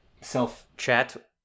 self-chat